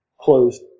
Closed